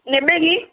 ନେବେ କି